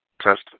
test